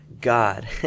God